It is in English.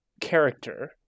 character